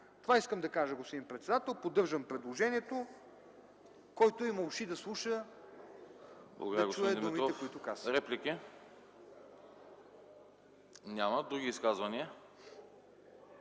Това искам да кажа, господин председател. Поддържам предложението си. Който има уши – да слуша, да чуе думите, които казах.